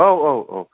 औ औ औ